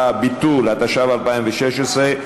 התשע"ו 2016,